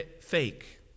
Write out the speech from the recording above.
fake